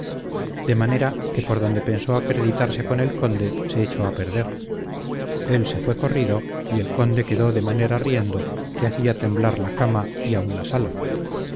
de manera que por donde pensó acreditarse con el conde se echó a perder él se fué corrido y el conde quedó de manera riendo que hacía temblar la cama y aun la sala